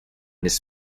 his